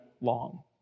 long